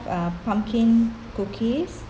um pumpkin cookies